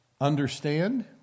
Understand